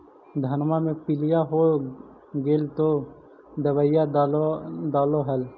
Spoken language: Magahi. धनमा मे पीलिया हो गेल तो दबैया डालो हल?